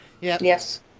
Yes